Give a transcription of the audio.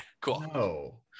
cool